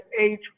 age